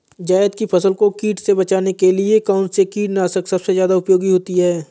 जायद की फसल को कीट से बचाने के लिए कौन से कीटनाशक सबसे ज्यादा उपयोगी होती है?